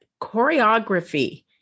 choreography